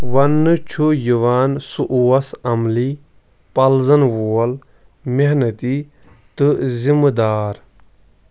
وننہٕ چھُ یوان سُہ اوس عملی، پلزَن وول، محنتی تہٕ ذِمہٕ دار